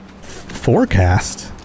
Forecast